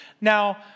Now